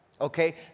Okay